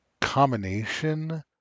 combination